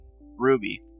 Ruby